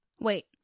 Wait